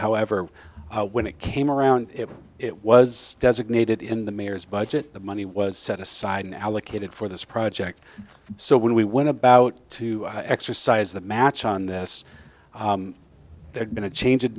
however when it came around it was designated in the mayor's budget the money was set aside and allocated for this project so when we went about to exercise the match on this there'd been a change